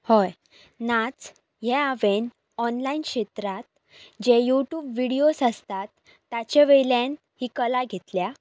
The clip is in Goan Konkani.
हय नाच हे हांवें ऑनलायन क्षेत्रांत जे यू ट्यूब विडियोज आसतात ताचे वयल्यान ही कला घेतल्या